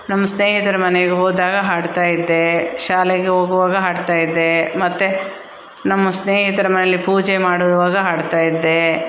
ನಮ್ನ ಸ್ನೇಹಿತರ ಮನೆಗೆ ಹೋದಾಗ ಹಾಡ್ತಾಯಿದ್ದೆ ಶಾಲೆಗೆ ಹೋಗುವಾಗ ಹಾಡ್ತಾಯಿದ್ದೇ ಮತ್ತು ನಮ್ಮ ಸ್ನೇಹಿತರ ಮನೆಯಲ್ಲಿ ಪೂಜೆ ಮಾಡುವಾಗ ಹಾಡ್ತಾಯಿದ್ದೇ